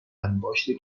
انباشت